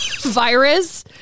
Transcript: virus